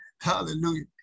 hallelujah